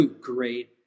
great